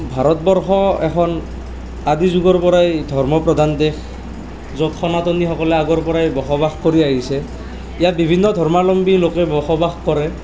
ভাৰতবৰ্ষ এখন আদি যুগৰ পৰাই ধৰ্ম প্ৰধান দেশ য'ত সনাতনীসকলে আগৰ পৰাই বসবাস কৰি আহিছে ইয়াত বিভিন্ন ধৰ্মালম্বী লোকে বাস কৰে